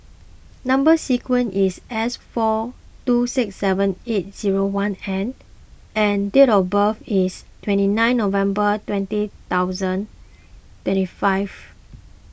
Number Sequence is S four two six seven eight zero one N and date of birth is twenty nine November twenty thousand twenty five